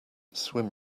swim